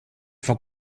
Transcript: von